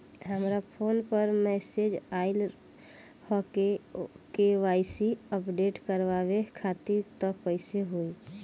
हमरा फोन पर मैसेज आइलह के.वाइ.सी अपडेट करवावे खातिर त कइसे होई?